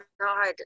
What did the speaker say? God